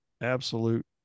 absolute